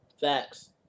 Facts